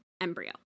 embryo